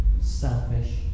Selfish